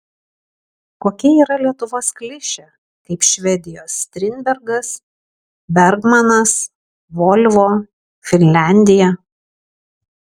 kokia yra lietuvos klišė kaip švedijos strindbergas bergmanas volvo finlandija